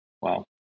wow